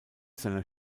seiner